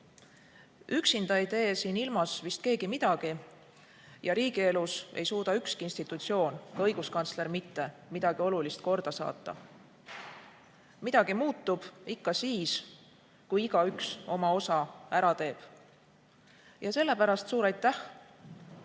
Üksinda ei tee siin ilmas vist keegi midagi ja riigi elus ei suuda ükski institutsioon, ka õiguskantsler, mitte midagi olulist korda saata. Midagi muutub ikka siis, kui igaüks oma osa ära teeb. Sellepärast suur aitäh